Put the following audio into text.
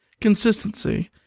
consistency